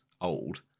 old